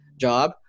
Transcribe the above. job